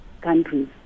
countries